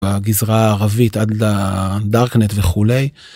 הגזרה הערבית עד ל... דרקנט וכולי.